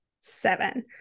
seven